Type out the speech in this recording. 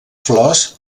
flors